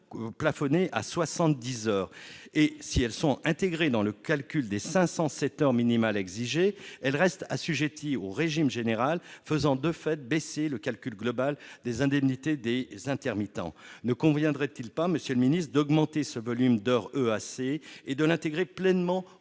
plafonnées à 70 heures. Si elles sont intégrées dans le calcul des 507 heures minimales exigées, elles restent assujetties au régime général, faisant de fait baisser le calcul global des indemnités des intermittents. Ne conviendrait-il pas, monsieur le ministre, d'augmenter le volume d'heures d'éducation artistique et